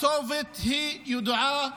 הכתובת היא ידועה,